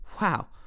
Wow